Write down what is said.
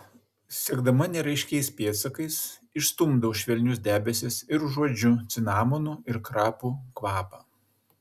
sekdama neraiškiais pėdsakais išstumdau švelnius debesis ir užuodžiu cinamonų ir krapų kvapą